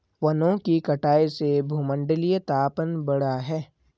वनों की कटाई से भूमंडलीय तापन बढ़ा है